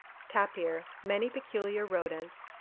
tapir, many peculiar rodents,